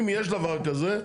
אם יש דבר כזה,